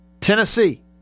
Tennessee